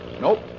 Nope